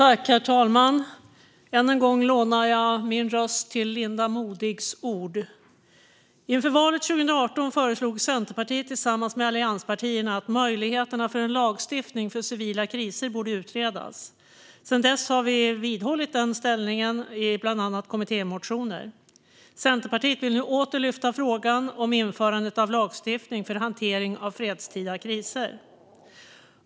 Herr talman! Än en gång lånar jag min röst till Linda Modigs ord. Inför valet 2018 föreslog Centerpartiet tillsammans med allianspartierna att möjligheterna för en lagstiftning för civila kriser borde utredas. Sedan dess har vi vidhållit denna inställning i bland annat kommittémotioner. Centerpartiet vill nu åter lyfta upp frågan om införandet av lagstiftning för hantering av fredstida kriser.